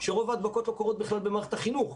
שרוב ההדבקות לא קורות בכלל במערכת החינוך.